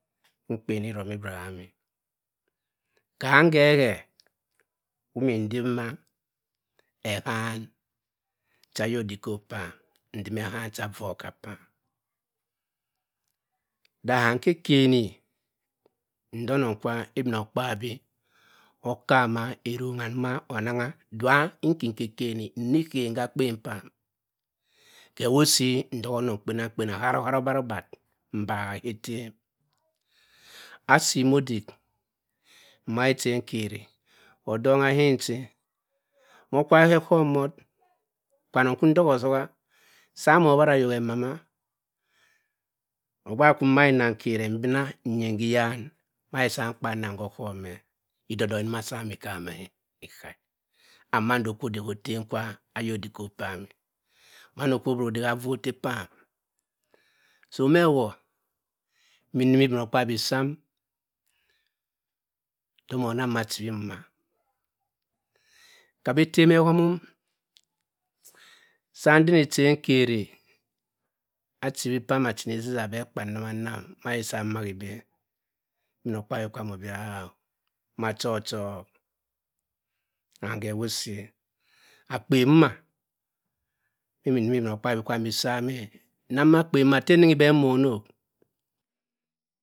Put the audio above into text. Ehdh ha sah masi fot sam e da hm, ha o-nongh phanamphen e dhahumando cam ota ta nong kim gam eh kama akpen ma kwam iduafo kim gamh asoidik konimo dayi nbahor-kiziziya kwe kwo kor mor ka mi etem okam orkami etem eh, and odikokar akpen kwa onon-gheya bh ru bo mh eh orue etem kar onongheya bh rough uormh bh bomhb oru-odh etem sa anoghya bishii nde manasa ntem sam oshapum mh sa man raman ngur lomo harm bh yina ovarnong coh ruah kwerong orueh dree aree osy ononghyah ko do si ke he ko long he kewo sy atem d-anny hayhb dh onang onang kpenankpeii atem her onang onong kpen nang kpen azim rongha sh koh ha chikwi a dh odey odey nongh nn-wawa orongha yoghor ogbhahor.